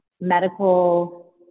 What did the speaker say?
medical